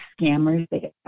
scammers